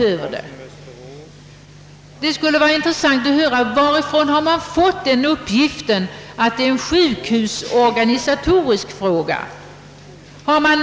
Det skulle vara intressant att få veta varifrån uppgiften, att det rör sig om en sjukhusorganisatorisk fråga, kommer.